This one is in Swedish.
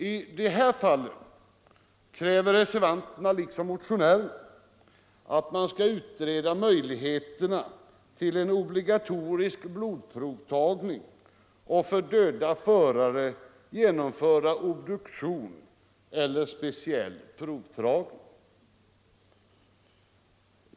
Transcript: I sådana fall kräver reservanterna liksom motionärerna att man skall utreda möjligheterna för en obligatorisk blodprovtagning och för dödade förare genomföra obduktion eller speciell provtagning.